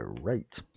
right